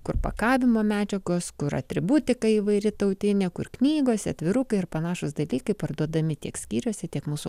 kur pakavimo medžiagos kur atributika įvairi tautinė kur knygos atvirukai ir panašūs daiktai kaip parduodami tiek skyriuose tiek mūsų